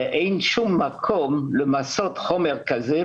אין שום מקום למסות חומר כזה.